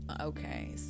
Okay